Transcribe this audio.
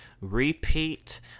repeat